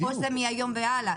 או שזה מהיום והלאה.